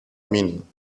meaning